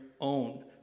own